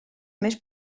més